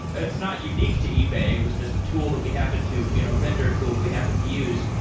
it's not unique to ebay. it was just a tool that we happen to you know vendor tool that we happen to use.